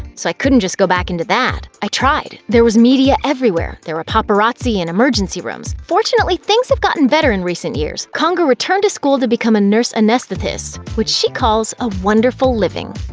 so i couldn't just go back into that. i tried. there was media everywhere. there were paparazzi in emergency rooms. fortunately, things have gotten better in recent years conger returned to school to become a nurse anesthetist, which she calls a wonderful living.